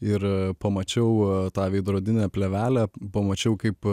ir pamačiau tą veidrodinę plėvelę pamačiau kaip